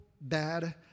bad